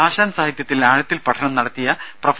ആശാൻ സാഹിത്യത്തിൽ ആഴത്തിൽ പഠനം നടത്തിയ പ്രൊഫ